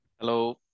Hello